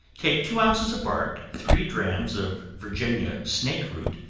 take two ounces of bark, three drachms of virginia snake root,